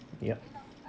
yup